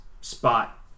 spot